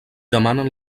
demanen